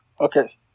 Okay